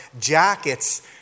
jackets